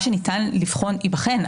מה שניתן לבחון ייבחן,